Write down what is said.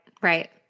right